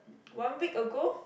one week ago